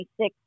26